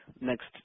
next